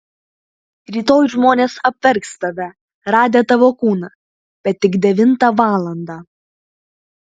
rytoj žmonės apverks tave radę tavo kūną bet tik devintą valandą